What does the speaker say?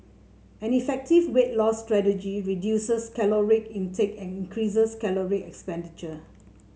an effective weight loss strategy reduces caloric intake and increases caloric expenditure